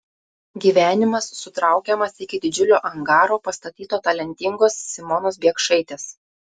gyvenimas sutraukiamas iki didžiulio angaro pastatyto talentingos simonos biekšaitės